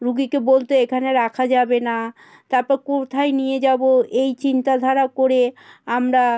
রোগীকে বলত এখানে রাখা যাবে না তারপর কোথায় নিয়ে যাব এই চিন্তাধারা করে আমরা